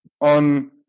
on